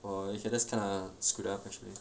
oh that's kind of screwed up actually